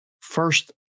first